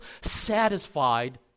satisfied